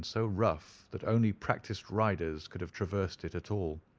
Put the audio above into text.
and so rough that only practised riders could have traversed it at all.